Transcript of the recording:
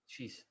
Jeez